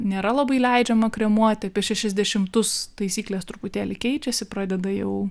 nėra labai leidžiama kremuoti apie šešiasdešimtus taisyklės truputėlį keičiasi pradeda jau